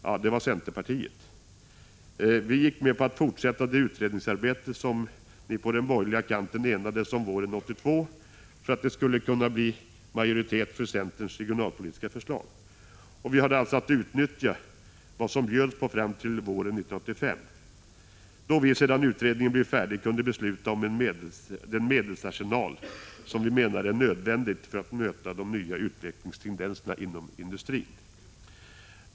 Ja, det var centerpartiet. Vi gick med på att fortsätta det utredningsarbete som ni på den borgerliga kanten enades om våren 1982 för att det skulle kunna bli majoritet för centerns regionalpolitiska förslag. Och vi hade alltså att utnyttja vad som bjöds på fram till våren 1985, då vi — sedan utredningen blivit färdig — kunde besluta om den medelsarsenal som vi menar är nödvändig för att möta de nya utvecklingstendenserna inom industrin.